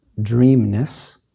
dreamness